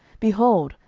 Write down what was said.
behold,